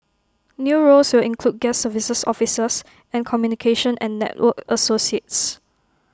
new roles will include guest services officers and communication and network associates